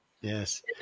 Yes